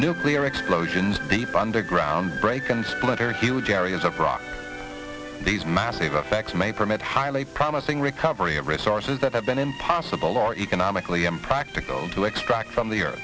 nuclear explosions deep underground break and splintered huge areas of rock these massive effect may permit highly promising recovery of resources that have been impossible or economically impractical to extract from the